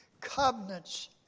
covenants